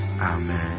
Amen